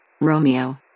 Romeo